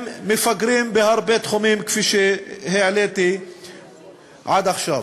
הם מפגרים בהרבה תחומים, כפי שהעליתי עד עכשיו.